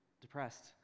depressed